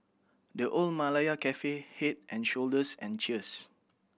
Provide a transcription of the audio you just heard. The Old Malaya Cafe Head and Shoulders and Cheers